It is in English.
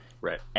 right